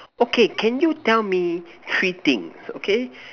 okay can you tell me three things okay